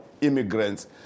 immigrants